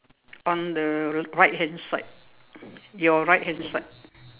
on the right hand side your right hand side